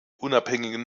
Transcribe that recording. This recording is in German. unabhängigen